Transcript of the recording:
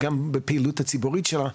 גם בפעילות הציבורית שלה.